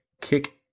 kick